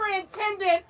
Superintendent